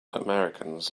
americans